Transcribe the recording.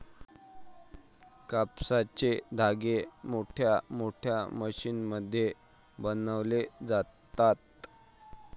कापसाचे धागे मोठमोठ्या मशीनमध्ये बनवले जातात